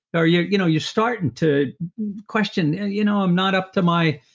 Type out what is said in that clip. or you're you know you're starting to question and you know i'm not up to my,